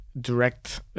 direct